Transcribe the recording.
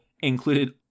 included